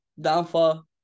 downfall